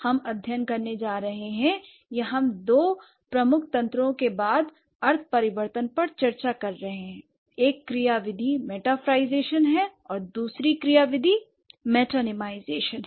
हम अध्ययन करने जा रहे हैं या हम दो प्रमुख तंत्रों के बाद अर्थ परिवर्तन पर चर्चा कर रहे हैं एक क्रिया विधि मेटाफ्राईजेशन है और दूसरी क्रिया विधि मेटानीमाईजैशन है